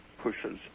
pushes